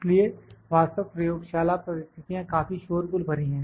इसलिए वास्तव प्रयोगशाला परिस्थितियां काफी शोरगुल भरी हैं